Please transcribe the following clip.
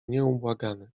nieubłagany